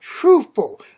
truthful